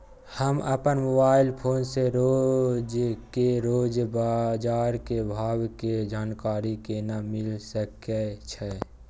हम अपन mobile phone से रोज के रोज बाजार के भाव के जानकारी केना मिल सके छै?